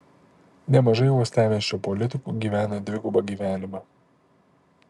nemažai uostamiesčio politikų gyvena dvigubą gyvenimą